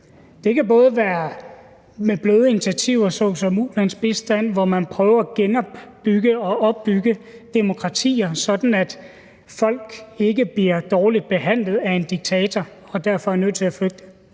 Det kan være med bløde initiativer såsom ulandsbistand, hvor man prøver at genopbygge og opbygge demokratier, sådan at folk ikke bliver dårligt behandlet af en diktator og derfor er nødt til at flygte,